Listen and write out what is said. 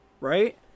right